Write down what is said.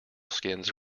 skins